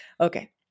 Okay